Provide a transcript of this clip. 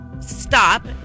stop